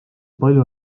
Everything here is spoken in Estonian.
palju